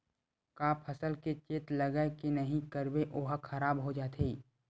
का फसल के चेत लगय के नहीं करबे ओहा खराब हो जाथे?